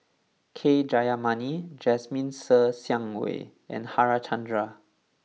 K Jayamani Jasmine Ser Xiang Wei and Harichandra